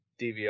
dvr